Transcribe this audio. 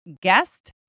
guest